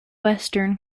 western